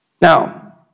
Now